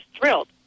thrilled